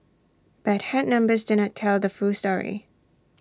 but hard numbers do not tell the full story